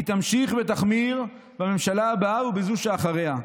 היא תמשיך בממשלה הבאה ובזו שאחריה.